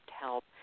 help